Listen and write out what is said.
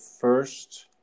first